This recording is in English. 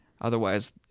Otherwise